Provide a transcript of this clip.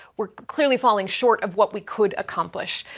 we're clearly falling short of what we could accomplish.